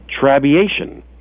trabiation